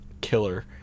killer